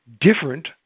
different